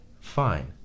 Fine